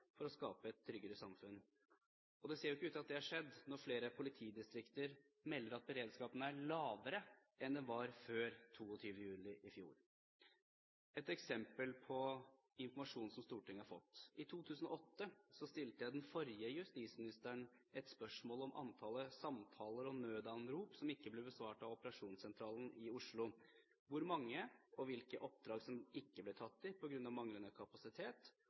for å skape et tryggere samfunn. Det ser jo ikke ut til at det har skjedd, når flere politidistrikter melder at beredskapen er lavere nå enn den var før 22. juli i fjor. Et eksempel på informasjon som Stortinget har fått: I 2008 stilte jeg den forrige justisministeren et spørsmål om antallet samtaler og nødanrop som ikke ble besvart av operasjonssentralen i Oslo, hvor mange og hvilke oppdrag som ikke ble tatt i på grunn av manglende kapasitet,